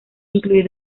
incluir